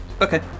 Okay